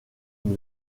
une